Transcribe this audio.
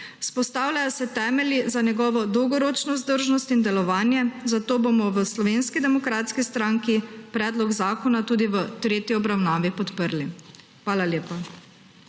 Vzpostavljajo se temelji za njegovo dolgoročno vzdržnost in delovanje, zato bomo v Slovenski demokratski stranki predlog zakona tudi v tretji obravnavi podprli. Hvala lepa.